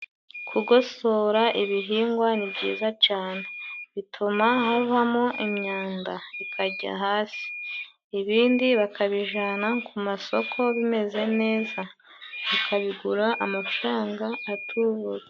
Kugosora ibihingwa ni byiza cane. Bituma havamo imyanda ikajya hasi, ibindi bakabijana ku masoko bimeze neza bakabigura amafaranga atubutse.